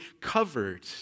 covered